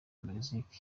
mexique